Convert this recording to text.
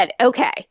Okay